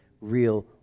real